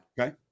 Okay